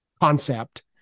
concept